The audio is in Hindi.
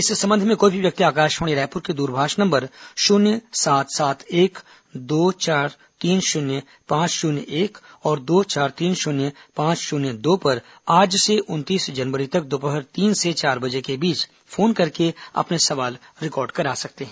इस संबंध में कोई भी व्यक्ति आकाशवाणी रायपुर के दूरभाष नम्बर शून्य सात सात एक दो चार तीन शून्य पांच शून्य एक और दो चार तीन शून्य पांच शून्य दो पर आज से उनतीस जनवरी तक दोपहर तीन से चार बजे के बीच फोन करके अपने सवाल रिकॉर्ड करा सकते हैं